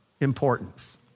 importance